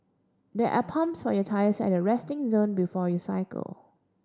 there are pumps for your tyres at the resting zone before you cycle